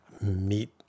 meat